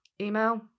email